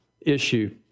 issue